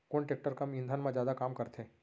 कोन टेकटर कम ईंधन मा जादा काम करथे?